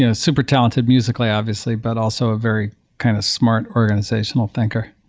ah super talented musically obviously, but also a very kind of smart organizational thinker